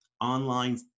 online